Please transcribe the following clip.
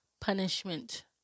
punishment